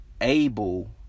able